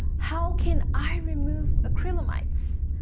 how can i remove acrylamides?